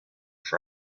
for